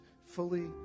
fully